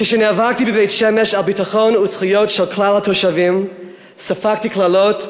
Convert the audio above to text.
כשנאבקתי בבית-שמש על ביטחון וזכויות של כלל התושבים ספגתי קללות,